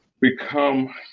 become